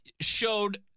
showed